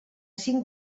cinc